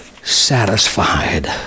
Satisfied